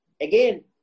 Again